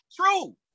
true